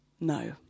No